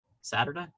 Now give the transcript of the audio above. Saturday